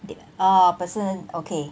orh personal okay